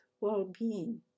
well-being